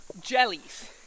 Jellies